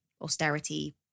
austerity